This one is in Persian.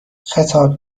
خطاب